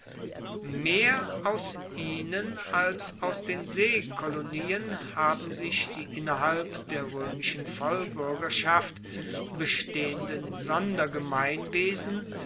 mehr aus ihnen als aus den seekolonien haben sich die innerhalb der roemischen vollbuergerschaft bestehenden